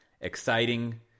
exciting